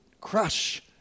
crush